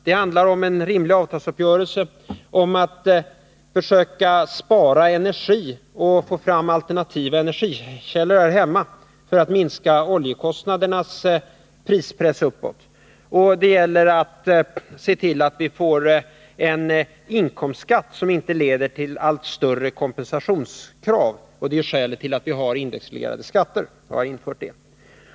Det handlar om en rimlig avtalsuppgörelse, om att spara energi och om att få fram alternativa energikällor här hemma för att minska oljekostnadernas prispress uppåt. Det gäller att se till att vi får en inkomstskatt som inte leder till allt större kompensationskrav, och det är skälet till att vi har infört indexreglerade skatter.